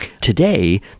Today